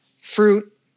fruit